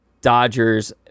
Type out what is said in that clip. Dodgers